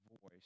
voice